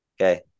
Okay